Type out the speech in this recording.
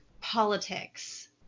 Politics